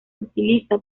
utiliza